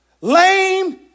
Lame